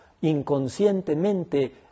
inconscientemente